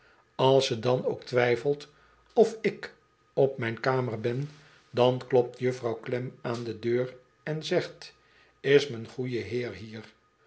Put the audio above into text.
als ze dan ook twijfelt of ik op mijn kamer ben dan klopt juffrouw klem aan de deur en zegt is m'n goeie heer hier